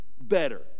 better